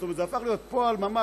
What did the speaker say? זאת אומרת זה הפך להיות פועל יומיומי.